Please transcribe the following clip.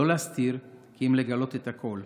לא להסתיר, כי אם לגלות את הכול.